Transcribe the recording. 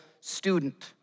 student